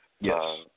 Yes